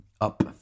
up